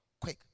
Quick